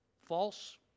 false